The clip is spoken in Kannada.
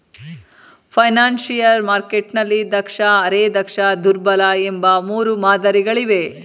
ಫೈನಾನ್ಶಿಯರ್ ಮಾರ್ಕೆಟ್ನಲ್ಲಿ ದಕ್ಷ, ಅರೆ ದಕ್ಷ, ದುರ್ಬಲ ಎಂಬ ಮೂರು ಮಾದರಿ ಗಳಿವೆ